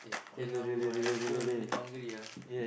eh can ah bro I also a bit hungry ah